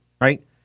right